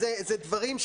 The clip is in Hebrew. אלה דברים,